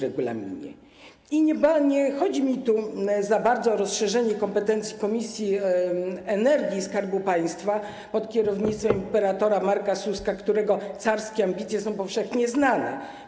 I nie chodzi mi tu za bardzo o rozszerzenie kompetencji komisji energii i skarbu państwa pod kierownictwem imperatora Marka Suskiego, którego carskie ambicje są powszechnie znane.